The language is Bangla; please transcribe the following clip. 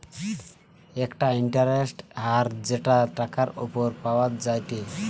একটা ইন্টারেস্টের হার যেটা টাকার উপর পাওয়া যায়টে